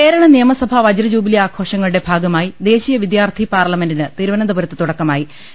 കേരള നിയമസഭാ വജ്രജൂബിലി ആഘോഷങ്ങളുടെ ഭാഗമായി ദേശീയ വിദ്യാർഥി പാർലമെന്റിന് തിരുവനന്തപുരത്ത് തുടക്കമാ യി